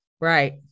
right